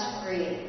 free